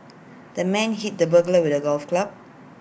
the man hit the burglar with A golf club